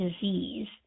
disease